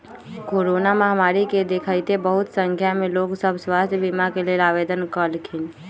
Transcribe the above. corona महामारी के देखइते बहुते संख्या में लोग सभ स्वास्थ्य बीमा के लेल आवेदन कलखिन्ह